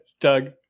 Doug